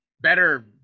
better